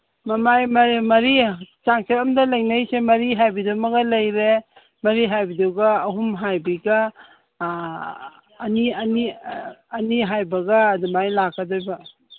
ꯃꯃꯥꯏ ꯃꯔꯤ ꯆꯥꯡꯆꯠ ꯑꯃꯗ ꯂꯩꯅꯩꯁꯦ ꯃꯔꯤ ꯍꯥꯏꯕꯤꯗꯨ ꯑꯃꯒ ꯂꯩꯔꯦ ꯃꯔꯤ ꯍꯥꯏꯕꯤꯗꯨꯒ ꯑꯍꯨꯝ ꯍꯥꯏꯕꯤꯗꯨ ꯑꯅꯤ ꯑꯅꯤ ꯑꯅꯤ ꯍꯥꯏꯕꯒ ꯑꯗꯨꯃꯥꯏꯅ ꯂꯥꯛꯀꯗꯣꯏꯕ